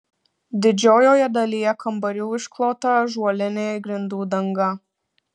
didžiojoje dalyje kambarių išklota ąžuolinė grindų danga